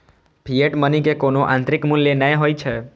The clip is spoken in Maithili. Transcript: फिएट मनी के कोनो आंतरिक मूल्य नै होइ छै